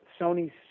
Sony's